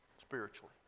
spiritually